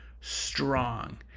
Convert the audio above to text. strong